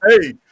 hey